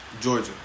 Georgia